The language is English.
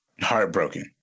Heartbroken